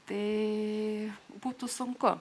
tai būtų sunku